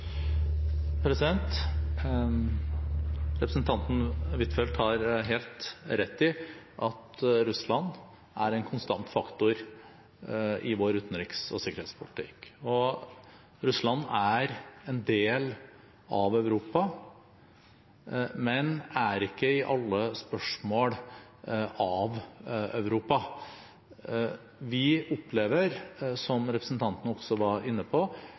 Representanten Huitfeldt har helt rett i at Russland er en konstant faktor i vår utenriks- og sikkerhetspolitikk. Russland er en del av Europa, men er ikke i alle spørsmål av Europa. Vi opplever, som representanten også var inne på,